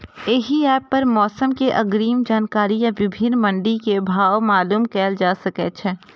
एहि एप पर मौसम के अग्रिम जानकारी आ विभिन्न मंडी के भाव मालूम कैल जा सकै छै